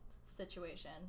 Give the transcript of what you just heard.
situation